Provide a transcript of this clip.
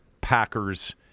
Packers